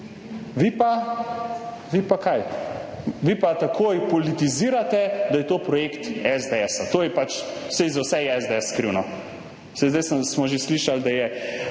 Vi pa takoj politizirate, da je to projekt SDS. To je pač … Saj za vse je SDS kriv, no. Zdaj smo že slišali, da je